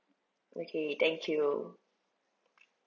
okay thank you